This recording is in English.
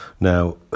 Now